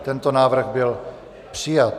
Tento návrh byl přijat.